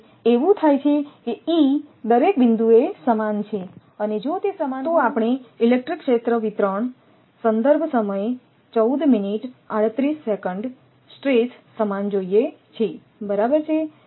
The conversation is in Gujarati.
તેથી એવું થાય છે કે E દરેક બિંદુએ સમાન છે અને જો તે સમાન હોય તો આપણે ઇલેક્ટ્રિક ક્ષેત્ર વિતરણ સ્ટ્રેસ સમાન જોઈએ છે બરાબર છે